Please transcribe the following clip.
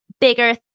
bigger